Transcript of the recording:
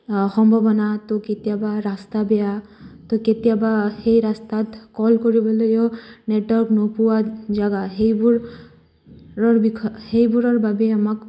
সম্ভাৱনা তো কেতিয়াবা ৰাস্তা বেয়া তো কেতিয়াবা সেই ৰাস্তাত কল কৰিবলৈও নেটৱৰ্ক নোপোৱা জেগা সেইবোৰৰ বিষয় সেইবোৰৰ বাবেই আমাক